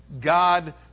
God